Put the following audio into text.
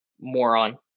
moron